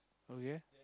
okay